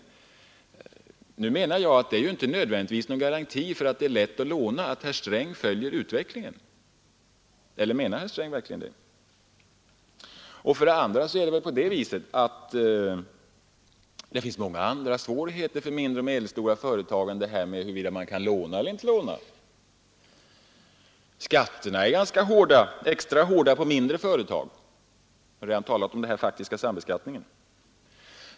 Att herr Sträng följer utvecklingen medför inte nödvändigtvis någon garanti för att det är lätt att låna. Eller menar verkligen herr Sträng det? Det finns också många andra svårigheter för mindre och medelstora företag än frågan om huruvida man kan låna eller inte. Skatterna är ganska hårda, extra hårda för mindre företag. Vi har redan talat om den faktiska sambeskattningen.